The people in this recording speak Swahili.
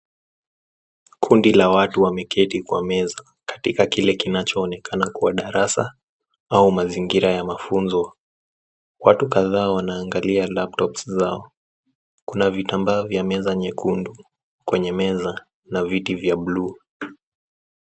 Kundi la watu wameketi kwa meza katika kilekinachoonekana kuwa darasa au mazingira ya nafunzi. Watu kadhaa anaangalia (cs)laptops(cs) zao. Kuna vitambaa vya meza nyekundu kwenye meza na viti vya bluu.